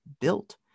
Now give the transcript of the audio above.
built